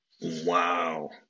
Wow